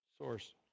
source